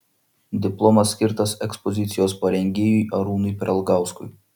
diplomas skirtas ekspozicijos parengėjui arūnui prelgauskui